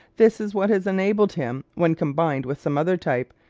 this is what has enabled him, when combined with some other type,